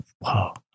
Wow